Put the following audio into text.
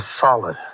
solid